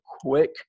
quick